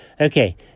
Okay